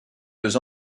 deux